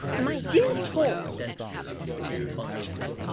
my dear paul returned his sister